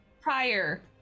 prior